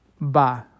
Bye